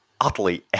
utterly